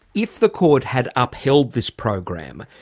if the court had upheld this program,